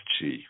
chi